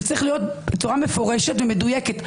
זה צריך להיות בצורה מפורשת ומדויקת.